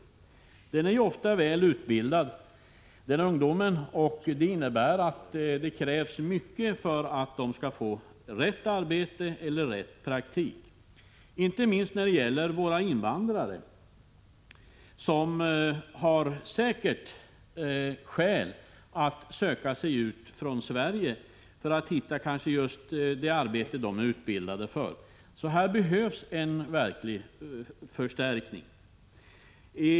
Ungdomarna är ofta väl utbildade, vilket innebär att det krävs mycket för att hjälpa dem att få rätt arbete eller praktik. Detta gäller inte minst våra invandrare, som säkert har skäl att söka sig ut från Sverige för att hitta just det arbete de är utbildade för. Här behövs en verklig förstärkning.